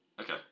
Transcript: Okay